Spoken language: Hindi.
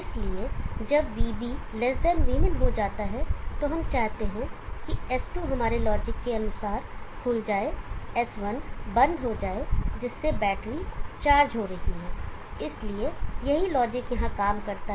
इसलिए जब Vb V min हो जाता है तो हम चाहते हैं कि S2 हमारे लॉजिक के अनुसार खुल जाए S1 बंद हो जाए जिससे बैटरी चार्ज हो रही है इसलिए यही लॉजिक यहाँ काम करता है